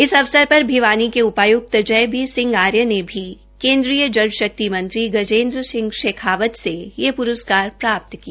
इस अवसर पर भिवानी के उपायुक्त जयवीर सिंह आर्य ने भी केन्द्रीय जल शक्ति मंत्री गजेन्द्र सिंह शेखावत से यह पुरस्कार प्राप्त किया